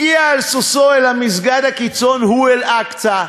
הגיע על סוסו אל המסגד הקיצון, הוא אל-אקצא.